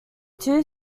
two